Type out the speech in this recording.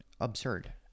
absurd